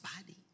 body